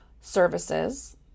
services